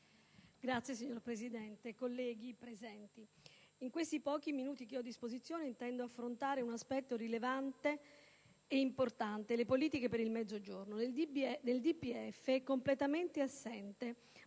*(PD)*. Signor Presidente, colleghi, nei pochi minuti a disposizione intendo affrontare un aspetto rilevante ed importante: le politiche per il Mezzogiorno. Nel DPEF è completamente assente